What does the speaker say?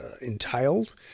entailed